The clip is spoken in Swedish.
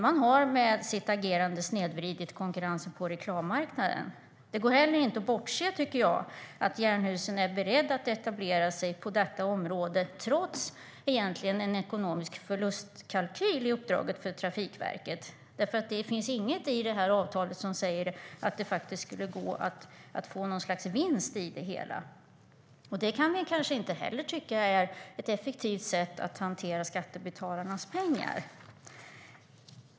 De har med sitt agerande snedvridit konkurrensen på reklammarknaden. Det går inte heller att bortse från att Jernhusen är beredda att etablera sig på detta område, trots en ekonomisk förlustkalkyl i uppdraget för Trafikverket. Det finns nämligen ingenting i detta avtal som säger att det skulle gå att få något slags vinst i det hela, och det är kanske inte heller ett effektivt sätt att hantera skattebetalarnas pengar.